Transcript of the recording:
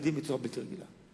מתפקדים בצורה בלתי רגילה,